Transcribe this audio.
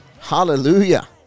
Hallelujah